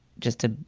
just to